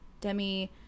Demi